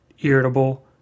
irritable